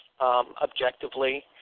objectively